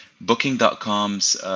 Booking.com's